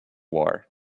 war